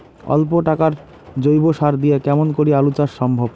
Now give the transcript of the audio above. অল্প টাকার জৈব সার দিয়া কেমন করি আলু চাষ সম্ভব?